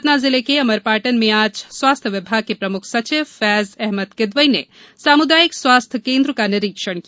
सतना जिले के अमरपाटन में आज स्वास्थ्य विभाग के प्रमुख सचिव फैज अहमद किदवई ने सामुदायिक स्वास्थ्य केन्द्र का निरीक्षण किया